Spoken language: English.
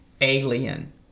alien